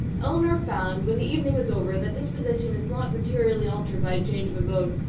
elinor found, when the evening was over, that disposition is not materially altered by a change of abode,